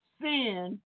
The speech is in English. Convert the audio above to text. sin